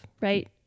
right